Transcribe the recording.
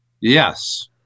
yes